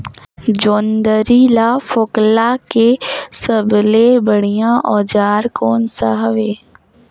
जोंदरी ला फोकला के सबले बढ़िया औजार कोन सा हवे?